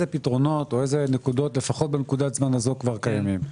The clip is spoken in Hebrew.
פתרונות בנקודת זמן הזו כבר קיימים.